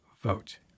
vote